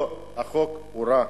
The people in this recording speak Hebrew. לא, החוק הוא רע.